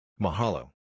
Mahalo